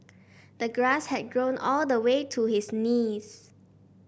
the grass had grown all the way to his knees